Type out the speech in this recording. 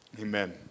amen